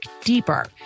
deeper